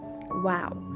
Wow